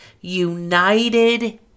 united